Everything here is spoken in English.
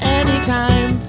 anytime